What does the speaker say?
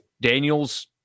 Daniels